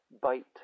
bite